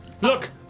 look